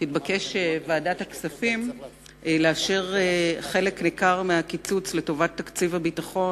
תתבקש ועדת הכספים לאשר חלק ניכר מהקיצוץ לטובת תקציב הביטחון.